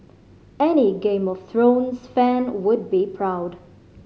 any Game of Thrones fan would be proud